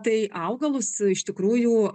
tai augalus iš tikrųjų